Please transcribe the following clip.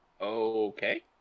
Okay